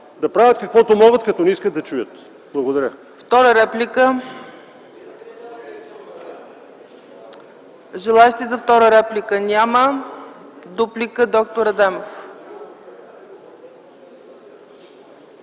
да правят каквото могат, като не искат да чуят. Благодаря.